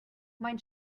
mein